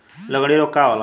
लगड़ी रोग का होखेला?